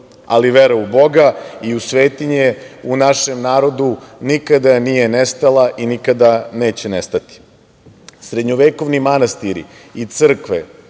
ali vera u Boga i u svetinje u našem narodu nikada nije nestala i nikada neće nestati. Srednjovekovni manastiri i crkve,